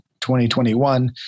2021